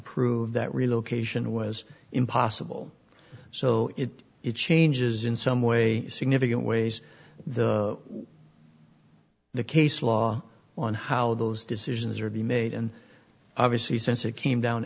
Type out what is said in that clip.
prove that relocation was impossible so if it changes in some way significant ways the the case law on how those decisions are being made and obviously since it came down